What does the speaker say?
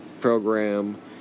program